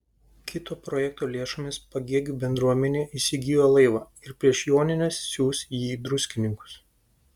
kito projekto lėšomis pagėgių bendruomenė įsigijo laivą ir prieš jonines siųs jį į druskininkus